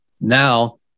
Now